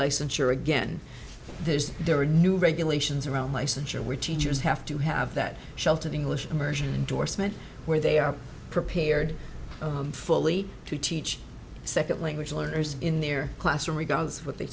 p again there's there are new regulations around licensure where teachers have to have that shelves an english immersion endorsement where they are prepared fully to teach second language learners in their classroom regardless of what they